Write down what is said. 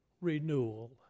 renewal